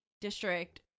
district